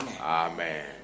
Amen